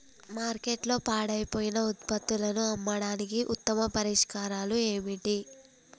మార్కెట్లో పాడైపోయిన ఉత్పత్తులను అమ్మడానికి ఉత్తమ పరిష్కారాలు ఏమిటి?